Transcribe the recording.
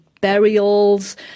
Burials